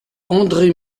andre